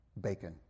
Bacon